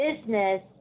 business